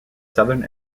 southern